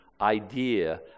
idea